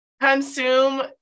Consume